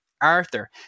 Arthur